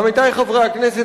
עמיתי חברי הכנסת,